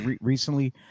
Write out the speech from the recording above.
recently